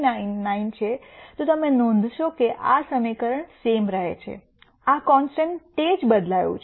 0399 છે તો તમે નોંધશો કે સમીકરણ સેમ રહે છે આ કોન્સ્ટન્ટ તે જ બદલાયું છે